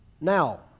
Now